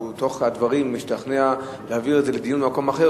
או שהוא תוך כדי הדברים משתכנע להעביר את זה לדיון במקום אחר,